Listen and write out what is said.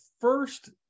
first